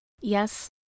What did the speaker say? Yes